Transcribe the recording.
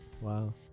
Wow